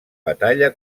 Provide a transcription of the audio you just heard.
batalla